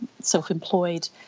self-employed